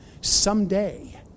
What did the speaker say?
Someday